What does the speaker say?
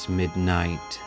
midnight